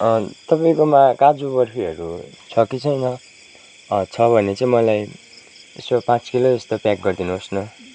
तपाईँकोमा काजु बर्फीहरू छ कि छैन छ भने चाहिँ मलाई यसो पाँच किलो जस्तो प्याक गरिदिनुहोस् न